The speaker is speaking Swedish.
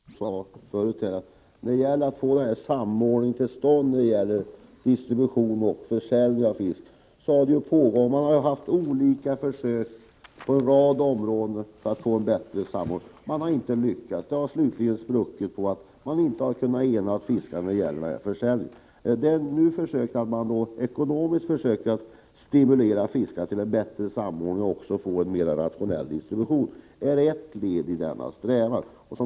Herr talman! Jag vill först säga till Börje Stensson, som jag sade tidigare, att när det har gällt att få till stånd en bättre samordning för distribution och försäljning av fisk har det gjorts olika försök på en rad områden. Dessa försök har inte lyckats. De har slutligen spruckit på grund av att fiskarna inte har kunnat enas i fråga om försäljningen. Det har gjorts försök att ekonomiskt stimulera fiskare till en bättre samordning och för att få till stånd en mera rationell distribution. Det här är ett led i denna strävan.